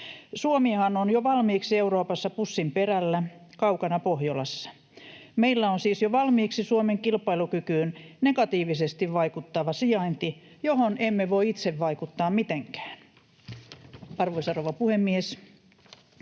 Suomihan on jo valmiiksi Euroopassa pussinperällä kaukana Pohjolassa. Meillä on siis jo valmiiksi Suomen kilpailukykyyn negatiivisesti vaikuttava sijainti, johon emme voi itse vaikuttaa mitenkään. Arvoisa rouva puhemies!